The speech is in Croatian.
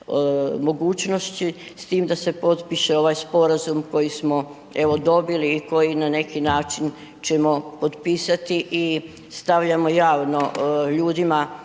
mogućnosti s tim da se potpiše ovaj sporazum koji smo evo dobili i koji na neki način ćemo potpisati i stavljamo javno ljudima,